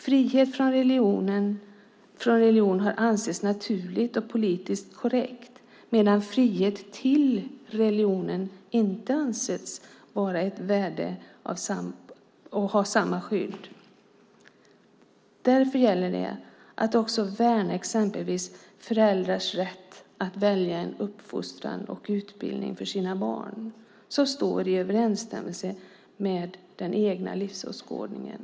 Frihet från religion har ansetts naturligt och politiskt korrekt medan frihet till religion inte har ansetts vara värt samma skydd. Därför gäller det att också värna exempelvis föräldrars rätt att välja en uppfostran och utbildning för sina barn som står i överensstämmelse med den egna livsåskådningen.